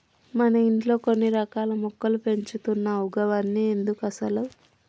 మన ఇంట్లో కొన్ని రకాల మొక్కలు పెంచుతున్నావ్ గవన్ని ఎందుకసలు